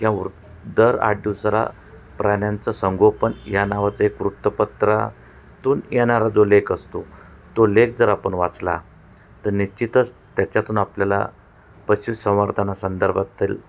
ह्या वृ दर आठ दिवसारा प्राण्यांचं संगोपन ह्या नावाचं एक वृत्तपत्रातून येणारा जो लेख असतो तो लेख जर आपण वाचला तर निश्चितच त्याच्यातून आपल्याला पशुसंवर्धानासंदर्भात तरी